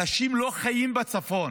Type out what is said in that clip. אנשים לא חיים בצפון,